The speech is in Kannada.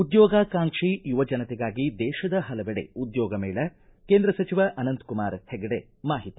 ಉದ್ಯೋಗಾಕಾಂಕ್ಷಿ ಯುವಜನತೆಗಾಗಿ ದೇಶದ ಹಲವೆಡೆ ಉದ್ಯೋಗ ಮೇಳ ಕೇಂದ್ರ ಸಚಿವ ಅನಂತಕುಮಾರ ಹೆಗಡೆ ಮಾಹಿತಿ